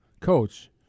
coach